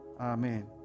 Amen